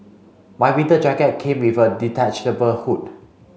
my winter jacket came with a detachable hood